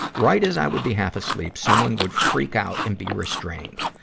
right as i would be half-asleep, someone would freak out and be restrained.